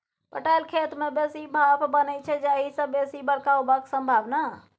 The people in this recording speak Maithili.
पटाएल खेत मे बेसी भाफ बनै छै जाहि सँ बेसी बरखा हेबाक संभाबना